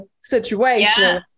situation